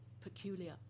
peculiar